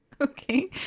okay